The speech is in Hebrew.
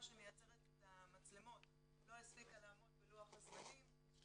שמייצרת את המצלמות לא הספיקה לעמוד בלוח הזמנים,